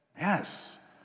Yes